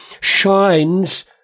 shines